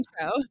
intro